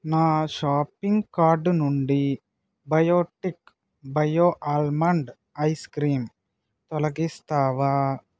నా shopping card నుండి biotic bio almond ice cream తొలగిస్తావా